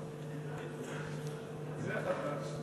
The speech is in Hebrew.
זה חדש.